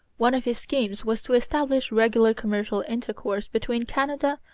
one of his schemes was to establish regular commercial intercourse between canada,